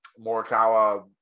Morikawa